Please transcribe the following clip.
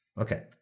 Okay